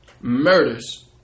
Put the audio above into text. murders